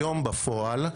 בפועל,